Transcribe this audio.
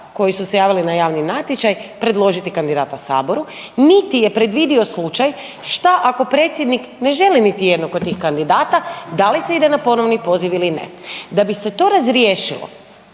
koji su se javili na javni natječaj predložiti kandidata Saboru niti je predvidio slučaj šta ako predsjednik ne želi niti jednog od tih kandidata, da li se ide na ponovni poziv ili ne. Da bi se to razriješilo